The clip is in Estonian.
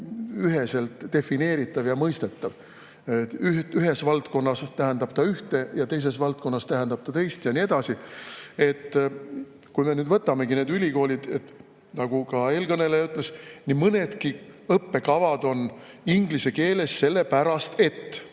üheselt defineeritav ja mõistetav. Ühes valdkonnas tähendab ta ühte ja teises valdkonnas tähendab ta teist, ja nii edasi. Kui me nüüd võtame meie ülikoolid, siis nagu ka eelkõneleja ütles, nii mõnedki õppekavad on inglise keeles selle pärast, et